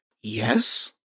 Yes